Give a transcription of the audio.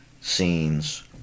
scenes